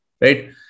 right